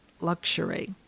luxury